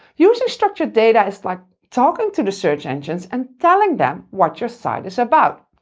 using structured data is like talking to the search engines and telling them what your site is about.